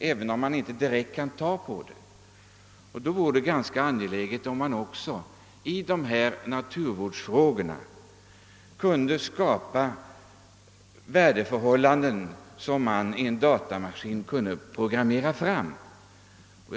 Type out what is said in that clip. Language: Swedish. Även om det inte rör sig om direkt påtagliga saker, är det ganska angeläget att också i naturvårdsfrågor skapa värdeförhållanden som kan programmeras i datamaskin.